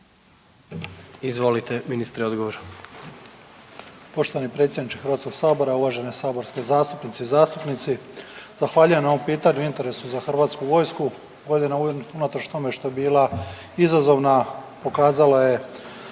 Izvolite ministre odgovor.